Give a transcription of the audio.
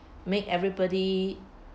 make everybody